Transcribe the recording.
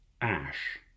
ash